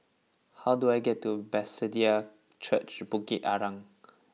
how do I get to Bethesda Church Bukit Arang